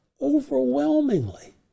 overwhelmingly